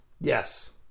Yes